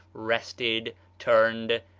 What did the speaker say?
rested, turned,